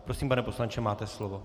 Prosím, pane poslanče, máte slovo.